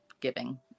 giving